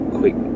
quick